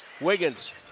Wiggins